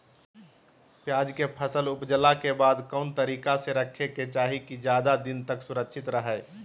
प्याज के फसल ऊपजला के बाद कौन तरीका से रखे के चाही की ज्यादा दिन तक सुरक्षित रहय?